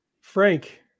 Frank